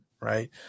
Right